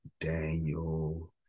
Daniel